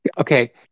Okay